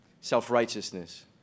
Self-righteousness